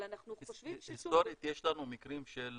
אבל אנחנו חושבים ש --- היסטורית יש לנו מקרים של